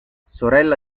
sorella